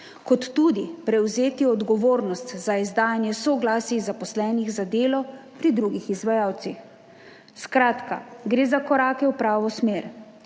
kot tudi prevzeti odgovornost za izdajanje soglasij zaposlenih za delo pri drugih izvajalcih. Skratka, gre za korake v pravo smer,